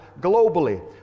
globally